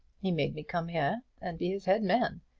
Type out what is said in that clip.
he made me come here and be his head man.